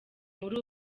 muri